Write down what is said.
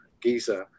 Giza